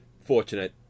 fortunate